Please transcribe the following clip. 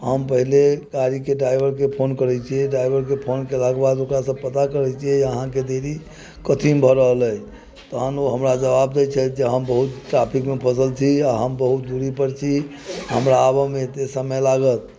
हम पहिले गाड़ीके ड्राइवरकेँ फोन करैत छियै ड्राइवरके फोन कयलाके बाद ओकरासँ पता करैत छिये अहाँकेँ देरी कथिमे भऽ रहल अछि तहन ओ हमरा जवाब दैत छथि जे हम बहुत ट्राफिकमे फँसल छी आओर हम बहुत दूरीपर छी हमरा आबयमे एतेक समय लागत